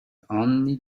only